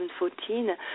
2014